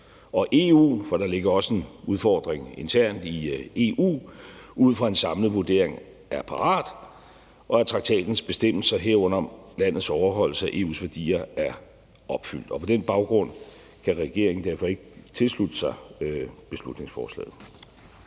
og EU – for der ligger også en udfordring internt i EU – ud fra en samlet vurdering er parat, og at traktatens bestemmelser, herunder landets overholdelse af EU's værdier, er opfyldt. På den baggrund kan regeringen derfor ikke tilslutte sig beslutningsforslaget.